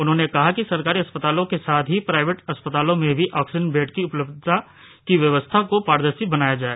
उन्होंने कहा कि सरकारी अस्पतालों के साथ ही प्राईवेट अस्पतालों में भी ऑक्सीजन बेड की उपलब्धता की व्यवस्था को पारदर्शी बनाया जाए